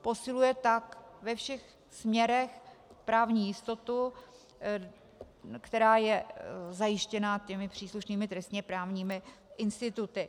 Posiluje tak ve všech směrech právní jistotu, která je zajištěna příslušnými trestněprávními instituty.